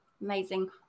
Amazing